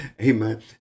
Amen